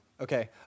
Okay